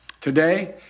Today